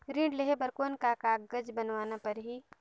ऋण लेहे बर कौन का कागज बनवाना परही?